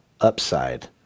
upside